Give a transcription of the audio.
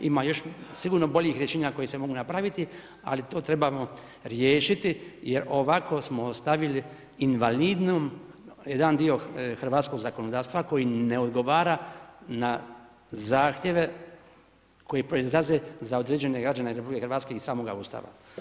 Ima još sigurno boljih rješenja koja se mogu napraviti, ali to trebamo riješiti jer ovako smo ostavili invalidnim jedan dio hrvatskog zakonodavstva koji ne odgovara na zahtjeve koji proizlaze za određene građane RH i samoga Ustava.